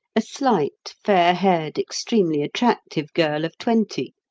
a slight, fair-haired, extremely attractive girl of twenty,